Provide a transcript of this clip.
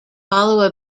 follow